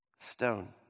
Stone